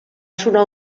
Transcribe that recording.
sonar